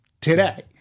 today